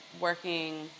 working